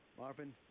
Marvin